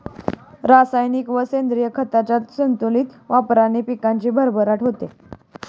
रासायनिक व सेंद्रिय खतांच्या संतुलित वापराने पिकाची भरभराट होते